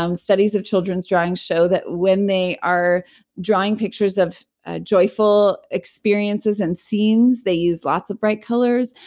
um studies of children's drawing show that when they are drawing pictures of ah joyful experiences and scenes, they use lots of bright colors.